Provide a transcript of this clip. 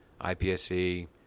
IPSC